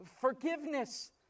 Forgiveness